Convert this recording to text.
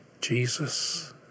Jesus